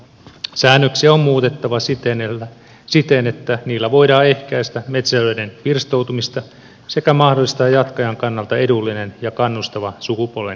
säännöksiä on muutettava siten että niillä voidaan ehkäistä metsälöiden pirstoutumista sekä mahdollistaa jatkajan kannalta edullinen ja kannustava sukupolvenvaihdos